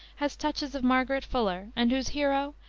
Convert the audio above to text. has touches of margaret fuller and whose hero,